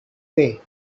day